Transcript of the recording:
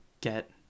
get